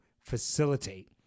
facilitate